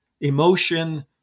emotion